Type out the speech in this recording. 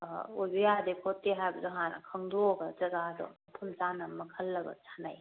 ꯑꯣꯏꯕ ꯌꯥꯗꯦ ꯈꯣꯠꯇꯦ ꯍꯥꯏꯕꯗꯣ ꯍꯥꯟꯅ ꯈꯪꯗꯣꯛꯑꯒ ꯖꯒꯥꯗꯣ ꯃꯐꯝ ꯆꯥꯅ ꯑꯃ ꯈꯜꯂꯒ ꯁꯥꯟꯅꯩ